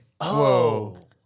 Whoa